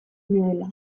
nuela